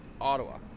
Ottawa